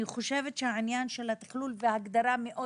אני חושבת שהעניין של התכלול והגדרה מאוד